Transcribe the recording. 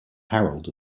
harold